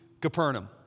Capernaum